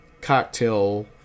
cocktail